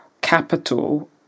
capital